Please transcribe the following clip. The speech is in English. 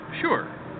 Sure